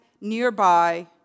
nearby